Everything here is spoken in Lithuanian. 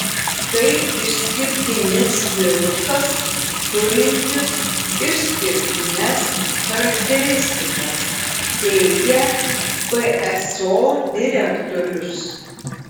tai išskirtinis virusas turintis išskirtines charakteristikas teigia pso direktorius